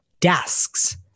desks